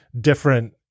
different